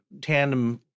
tandem